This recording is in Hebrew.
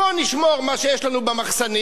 בואו נשמור מה שיש לנו במחסנים,